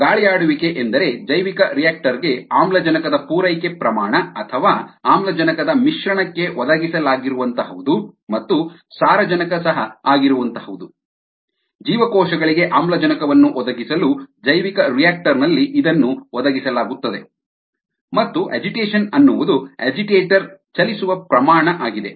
ಗಾಳಿಯಾಡುವಿಕೆ ಎಂದರೆ ಜೈವಿಕರಿಯಾಕ್ಟರ್ ಗೆ ಆಮ್ಲಜನಕದ ಪೂರೈಕೆ ಪ್ರಮಾಣ ಅಥವಾ ಆಮ್ಲಜನಕದ ಮಿಶ್ರಣಕ್ಕೆ ಒದಗಿಸಲಾಗಿರುವಂಥಹುದು ಮತ್ತು ಸಾರಜನಕ ಸಹ ಆಗಿರುವಂಥಹುದು ಜೀವಕೋಶಗಳಿಗೆ ಆಮ್ಲಜನಕವನ್ನು ಒದಗಿಸಲು ಜೈವಿಕರಿಯಾಕ್ಟರ್ ನಲ್ಲಿ ಇದನ್ನು ಒದಗಿಸಲಾಗುತ್ತದೆ ಮತ್ತು ಅಜಿಟೇಷನ್ ಅನ್ನುವುದು ಅಜಿಟೇಟರ್ ಚಲಿಸುವ ಪ್ರಮಾಣ ಆಗಿದೆ